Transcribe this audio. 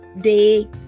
day